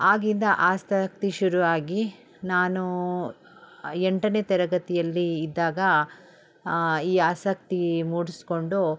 ಆಗಿಂದ ಆಸಕ್ತಿ ಶುರುವಾಗಿ ನಾನು ಎಂಟನೇ ತರಗತಿಯಲ್ಲಿ ಇದ್ದಾಗ ಈ ಆಸಕ್ತಿ ಮೂಡಿಸ್ಕೊಂಡು